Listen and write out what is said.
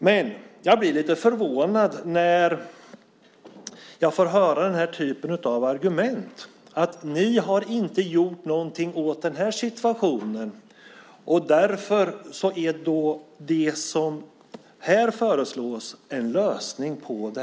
Men jag blir lite förvånad när jag får höra den här typen av argument, det vill säga att vi inte har gjort något åt situationen och därför är det som här föreslås en lösning på problemet.